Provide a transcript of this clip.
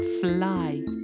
fly